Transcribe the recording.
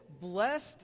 Blessed